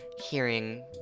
hearing